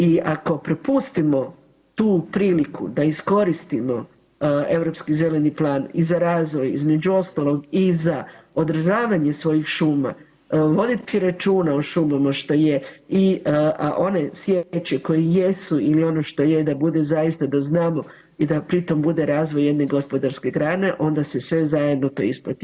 I ako propustimo tu priliku da iskoristimo Europski zeleni plan i za razvoj između ostalog i za održavanje svojih šuma, voditi računa o šumama što je i a one sječe koje jesu ili ono što je da bude zaista da znamo i da pritom bude razvoj jedne gospodarske grane onda se sve zajedno to isplati.